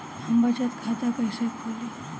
हम बचत खाता कईसे खोली?